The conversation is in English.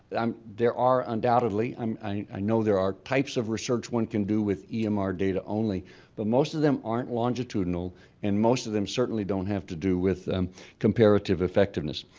um there are, undoubtedly, um i know there are types of research one can do with emr data only but most of them aren't longitudinal and most of them certainly don't have to do with comparative effectiveness.